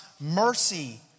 mercy